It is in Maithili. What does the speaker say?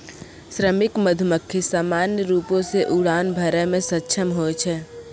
श्रमिक मधुमक्खी सामान्य रूपो सें उड़ान भरै म सक्षम होय छै